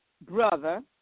brother